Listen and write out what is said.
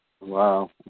wow